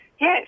Yes